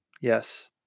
Yes